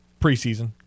preseason